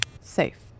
Safe